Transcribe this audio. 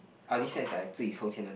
oh this year is I 自己抽签 [one]